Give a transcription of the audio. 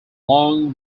long